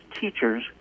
teachers